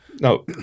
No